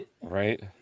Right